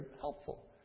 helpful